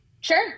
Sure